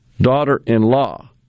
daughter-in-law